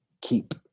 keep